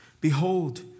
Behold